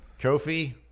Kofi